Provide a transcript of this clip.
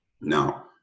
Now